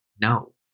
no